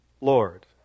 Lord